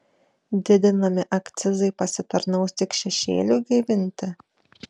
didinami akcizai pasitarnaus tik šešėliui gaivinti